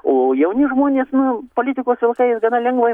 o jauni žmonės na politikos ilgai gana lengvai